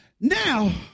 Now